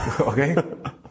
okay